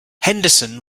henderson